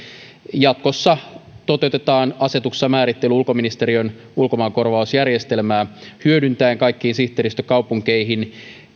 jatkossa toteutetaan asetuksessa määrittely ulkoministeriön ulkomaankorvausjärjestelmää hyödyntäen kaikkiin sihteeristökaupunkeihin